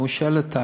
הוא אומר: